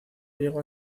llegó